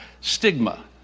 stigma